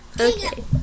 Okay